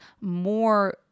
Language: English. more